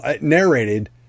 narrated